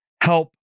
help